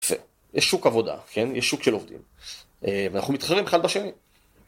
יש שוק עבודה כן יש שוק של עובדים ואנחנו מתחילים אחד בשני.